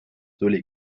tuli